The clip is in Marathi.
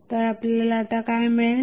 तर आपल्याला आता काय मिळेल